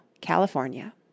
California